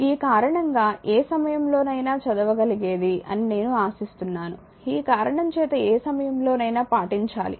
ఈ కారణంగా ఏ సమయంలోనైనా చదవగలిగేది అని నేను ఆశిస్తున్నాను ఈ కారణం చేత ఏ సమయంలోనైనా పాటించాలి